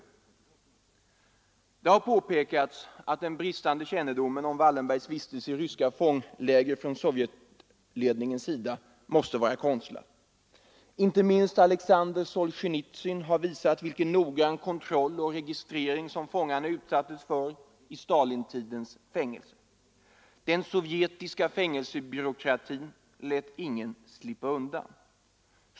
Det har påpekats att den bristande kännedomen om Wallenbergs vistelse i ryska fångläger från Sovjetledningens sida måste vara konstlad. Inte minst Alexander Solzjenitsyn har visat vilken noggrann kontroll och registrering som fångarna utsattes för i Stalintidens fängelser. Den sovjetiska fängelsebyråkratin lät ingen slippa undan.